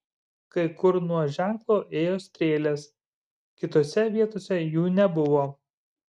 kai kur nuo ženklo ėjo strėlės kitose vietose jų nebuvo